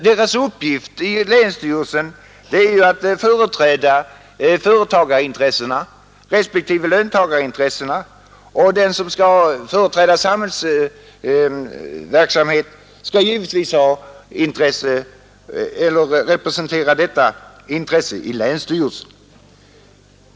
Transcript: Deras uppgift i länsstyrelsen är ju att företräda företagarintressena respektive löntagarintressena. Den som skall företräda samhällets verksamhet skall givetvis representera detta intresse i länsstyrelsen.